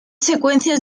secuencias